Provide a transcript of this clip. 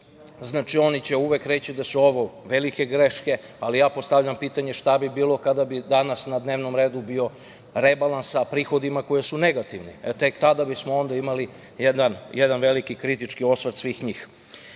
oni će uvek reći da su ovo velike greške, ali ja postavljam pitanje šta bi bilo kada bi danas na dnevnom redu bio rebalans sa prihodima koji su negativni, tek tada bismo onda imali jedan veliki kritički osvrt svih